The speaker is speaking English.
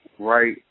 Right